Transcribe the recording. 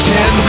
Ten